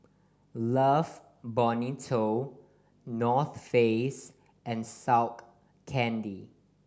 Love Bonito North Face and Skull Candy